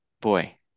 boy